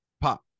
pop